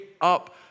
up